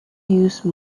use